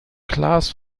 class